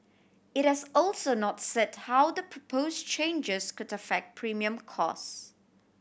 it has also not said how the propose changes could affect premium costs